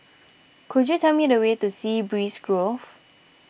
could you tell me the way to Sea Breeze Grove